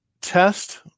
test